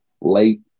late